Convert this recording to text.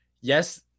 yes